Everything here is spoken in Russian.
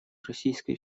российской